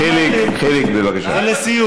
ראיתם את התור של המנהיגים שעמדו כדי להצטלם